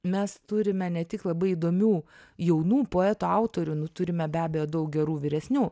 mes turime ne tik labai įdomių jaunų poetų autorių nu turime be abejo daug gerų vyresnių